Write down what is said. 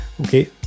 Okay